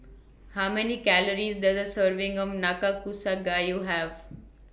How Many Calories Does A Serving of Nakakusa Gayu Have